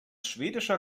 schwedischer